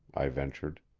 i ventured.